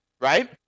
right